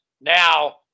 now